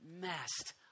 messed